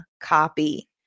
copy